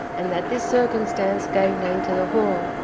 and that this circumstance gave name to the hall.